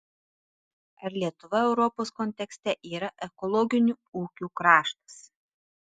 ar lietuva europos kontekste yra ekologinių ūkių kraštas